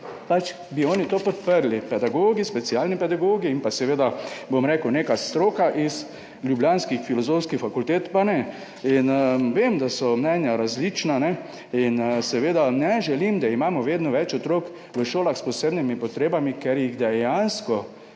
da bi oni to podprli, pedagogi, specialni pedagogi in pa neka stroka z ljubljanske filozofske fakultete pa ne. Vem, da so mnenja različna, a ne želim, da imamo vedno več otrok v šolah s posebnimi potrebami, ker jih dejansko